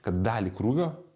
kad dalį krūvio